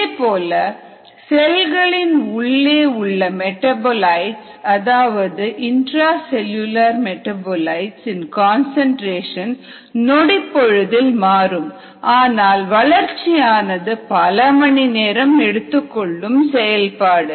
இதே போல செல்களின் உள்ளே உள்ள மெடாபோலிட்ஸ் அதாவது இந்ட்ரா செல்லுலார் மெடாபோலிட்ஸ் இன் கன்சன்ட்ரேஷன் நொடிப்பொழுதில் மாறும் ஆனால் வளர்ச்சியானது பல மணி நேரம் எடுத்துக்கொள்ளும் செயல்பாடு